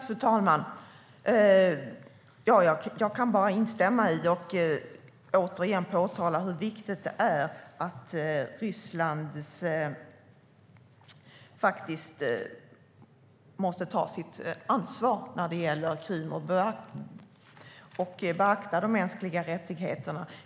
Fru talman! Jag kan bara instämma i att Ryssland måste ta sitt ansvar när det gäller Krim. Jag vill återigen framhålla hur viktigt det är att man beaktar de mänskliga rättigheterna.